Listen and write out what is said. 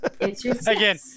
Again